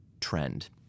trend